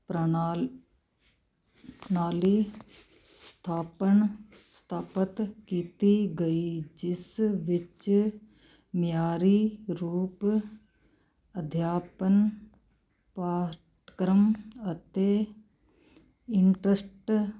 ਪ੍ਰਾਣਾਲ ਪ੍ਰਣਾਲੀ ਸਥਾਪਨ ਸਥਾਪਤ ਕੀਤੀ ਗਈ ਜਿਸ ਵਿੱਚ ਮਿਆਰੀ ਰੂਪ ਅਧਿਆਪਨ ਪਾਠਕ੍ਰਮ ਅਤੇ ਇੰਟਸਟ